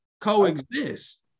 coexist